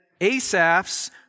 Asaph's